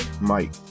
Mike